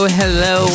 hello